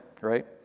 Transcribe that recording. Right